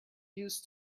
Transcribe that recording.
used